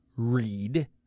read